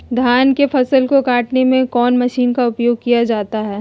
धान के फसल को कटने में कौन माशिन का उपयोग किया जाता है?